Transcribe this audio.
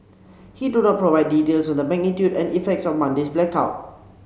he do not provide details on the magnitude and effects of Monday's blackout